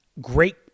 great